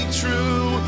true